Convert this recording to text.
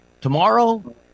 tomorrow